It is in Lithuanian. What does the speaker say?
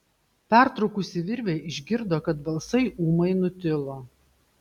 pertraukusi virvę išgirdo kad balsai ūmai nutilo